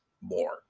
more